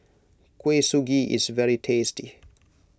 Kuih Suji is very tasty